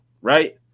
right